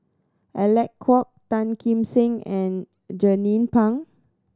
Alec Kuok Tan Kim Seng and Jernnine Pang